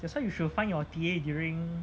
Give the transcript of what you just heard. that's why you should find your T_A during